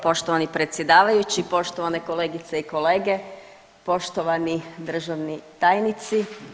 Poštovani predsjedavajući, poštovane kolegice i kolege, poštovani državni tajnici.